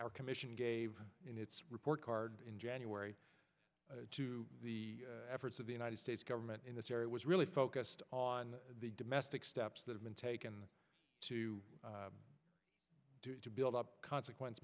r commission gave in its report card in january to the efforts of the united states government in this area was really focused on the domestic steps that have been taken to build up consequence